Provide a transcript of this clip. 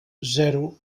zero